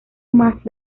mas